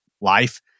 life